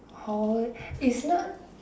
how it's not